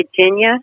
Virginia